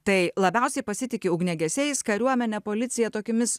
tai labiausiai pasitiki ugniagesiais kariuomene policija tokiomis